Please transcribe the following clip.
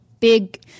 Big